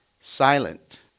silent